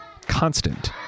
constant